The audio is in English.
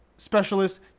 specialist